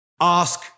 ask